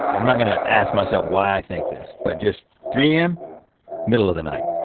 i'm not gonna ask myself why i think this but just three am middle of the night,